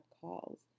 calls